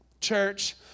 church